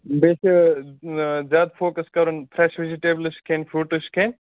بیٚیہِ چھِ زیادٕ فوکَس کَرُن فرٛیش ویجِٹیبلٕز چھِ کھیٚنۍ فِرٛوٗٹٕز چھِ کھیٚنۍ